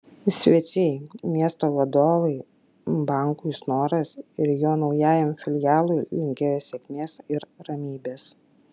svečiai miesto vadovai bankui snoras ir jo naujajam filialui linkėjo sėkmės ir ramybės